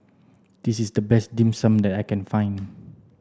this is the best dim sum that I can find